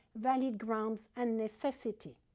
valid grounds and necessity.